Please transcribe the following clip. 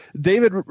David